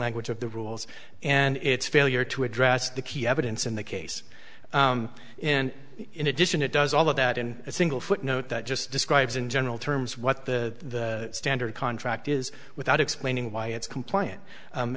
language of the rules and its failure to address the key evidence in the case and in addition it does all of that in a single footnote that just describes in general terms what the standard contract is without explaining why it's compliant